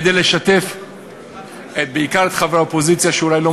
כדי לשתף בעיקר את חברי האופוזיציה שאולי לא